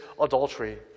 adultery